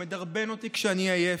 הוא מדרבן אותי כשאני עייף,